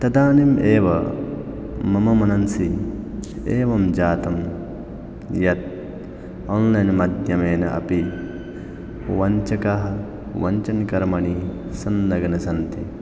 तदानीमेव मम मनसि एवं जातं यत् आन्लैन्माध्यमेन अपि वञ्चकः वञ्चनकर्मणि संलग्नाः सन्ति